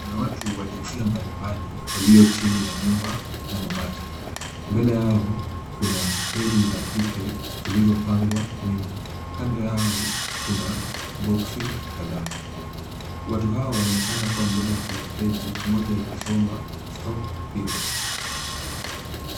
Watu wa jinsia mbalimbali walio chini ya nyumba ya mabati. Mbele yao kuna pads za kike zilizopangwa nyingi. Kando yao kuna box kadhaa. Watu hawa wanaonekana kuwa wamebeba amblifkeni moja ikisoma stop periods .